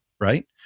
right